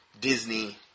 Disney